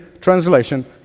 translation